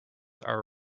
are